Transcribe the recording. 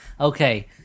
Okay